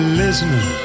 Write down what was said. listening